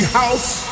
house